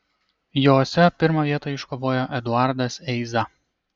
jose pirmą vietą iškovojo eduardas eiza